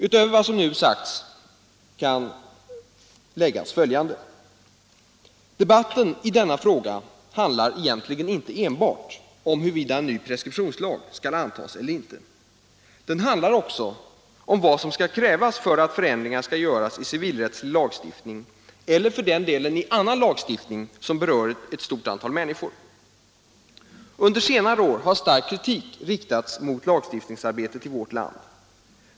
Utöver vad som nu sagts kan tilläggas följande. Debatten i denna fråga handlar egentligen inte enbart om huruvida en ny preskriptionslag skall antas eller inte. Den handlar också om vad som skall krävas för att förändringar skall göras i civilrättslig lagstiftning, eller för den delen i annan lagstiftning som berör ett stort antal människor. Under senare år har stark kritik riktats mot lagstiftningsarbetet i vårt land.